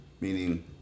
Meaning